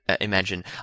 Imagine